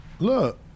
Look